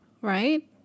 right